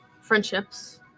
friendships